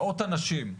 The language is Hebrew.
מאות אנשים,